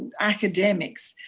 academics,